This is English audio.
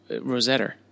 rosetta